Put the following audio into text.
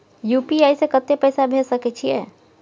UPI से कत्ते पैसा भेज सके छियै?